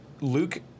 Luke